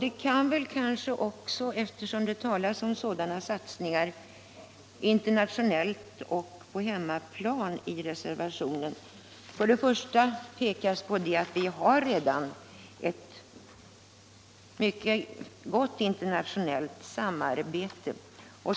Eftersom det i reservationen talas om sådana satsningar internationellt och på hemmaplan kan kanske också påpekas att vi redan har ett mycket gott internationellt samarbete.